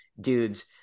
dudes